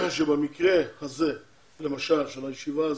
שבמקרה הזה למשל של הישיבה הזאת,